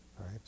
right